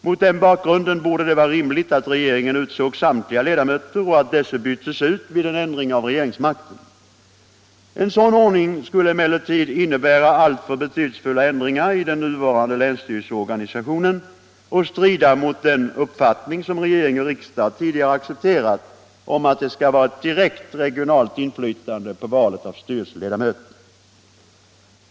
Mot den bakgrunden borde det vara rimligt att regeringen utsåg samtliga ledamöter och att dessa byttes ut vid en ändring av regeringsmakten. En sådan ordning skulle emellertid innebära alltför betydelsefulla ändringar i den nuvarande länsstyrelseorganisationen och strida mot den uppfattning som regering och riksdag tidigare accepterat — att det skall vara ett direkt regionalt inflytande på valet av styrelseledamöter.